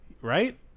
right